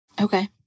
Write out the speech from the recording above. Okay